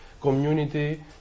community